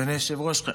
אדוני היושב-ראש,